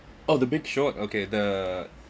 oh the big short okay the